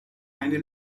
eine